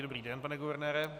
Dobrý den, pane guvernére.